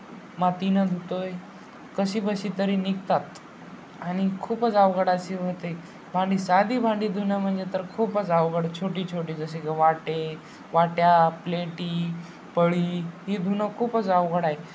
मातीनं धुतो आहे कशी बशी तरी निघतात आणि खूपच अवघड अशी होते भांडी साधी भांडी धुणं म्हणजे तर खूपच अवघड छोटी छोटी जसे की वाटे वाट्या प्लेटी पळी ही धुणं खूपच अवघड आहे